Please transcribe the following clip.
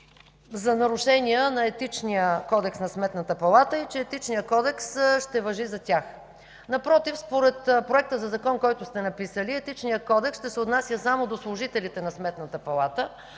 за нарушения на Етичния кодекс на Сметната палата и че Етичният кодекс ще важи за тях. Напротив, според Проекта за закон, който сте написали, Етичният кодекс ще се отнася само до служителите на Сметната палата,